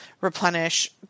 replenish